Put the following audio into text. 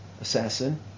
assassin